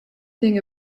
thing